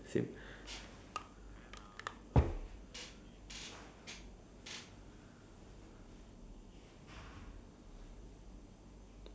same